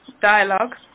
Dialogue